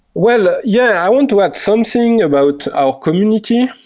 well, yeah. i want to work something about our community.